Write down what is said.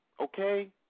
Okay